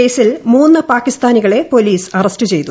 കേസിൽ മൂന്ന് പാകിസ്ഥാനികളെ പോലീസ് അറസ്റ്റ് ചെയ്തു